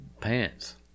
Pants